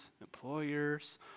employers